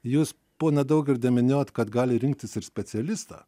jūs poną daugirdą minėjote kad gali rinktis ir specialistą